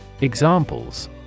Examples